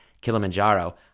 Kilimanjaro